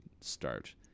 start